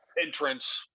entrance